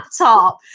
laptop